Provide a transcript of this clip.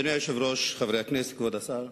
אדוני היושב-ראש, חברי הכנסת, כבוד השר,